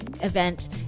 event